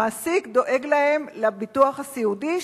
המעסיק דואג להם לביטוח הסיעודי,